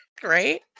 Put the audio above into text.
Great